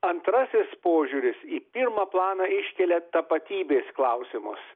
antrasis požiūris į pirmą planą iškelia tapatybės klausimus